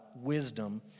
wisdom